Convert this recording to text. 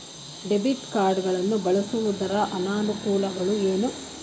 Debit card ಗಳನ್ನು ಬಳಸುವುದರ ಅನಾನುಕೂಲಗಳು ಏನು?